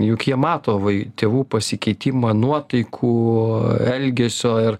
juk jie mato vai tėvų pasikeitimą nuotaikų elgesio ir